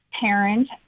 parent